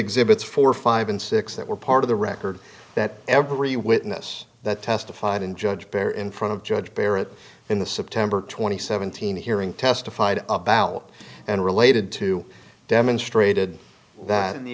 exhibits four five and six that were part of the record that every witness that testified in judge bear in front of judge barrett in the september twenty seven thousand hearing testified about and related to demonstrated that in the